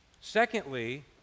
Secondly